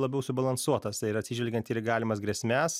labiau subalansuotas tai yra atsižvelgiant ir į galimas grėsmes